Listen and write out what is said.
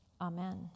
Amen